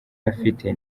afite